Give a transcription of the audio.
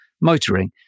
motoring